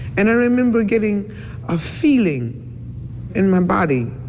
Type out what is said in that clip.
and i remember getting a feeling in my body.